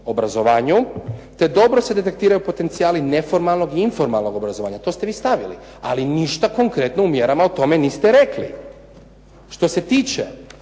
obrazovanju te dobro se detektiraju potencijali neformalnog i informalnog obrazovanja. To ste vi stavili ali ništa konkretno u mjerama o tome niste rekli. Što se tiče